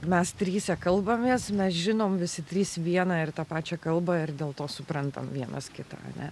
mes trise kalbamės mes žinom visi trys vieną ir tą pačią kalbą ir dėl to suprantam vienas kitą ane